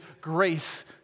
grace